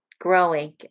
growing